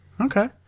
Okay